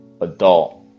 adult